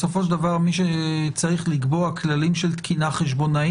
בסופו של דבר מי שצריך לקבוע דברים של תקינה חשבונאית,